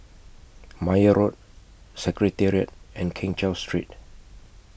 Meyer Road Secretariat and Keng Cheow Street